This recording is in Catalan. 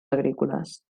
agrícoles